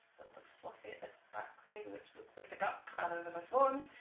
fluffy at this back side which looks like a duck rather than a swan